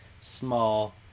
small